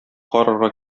карарга